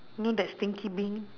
y~ know that stinky bean